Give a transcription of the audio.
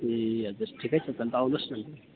ए हजुर ठिकै छ त अन्त आउनुहोस् न त अन्त